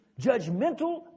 judgmental